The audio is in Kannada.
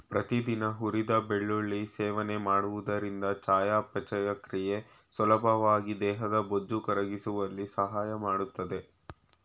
ಪ್ರತಿದಿನ ಹುರಿದ ಬೆಳ್ಳುಳ್ಳಿ ಸೇವನೆ ಮಾಡುವುದರಿಂದ ಚಯಾಪಚಯ ಕ್ರಿಯೆ ಸುಲಭವಾಗಿ ದೇಹದ ಬೊಜ್ಜು ಕರಗಿಸುವಲ್ಲಿ ಸಹಾಯ ಮಾಡ್ತದೆ